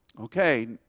okay